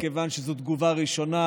מכיוון שזו תגובה ראשונה,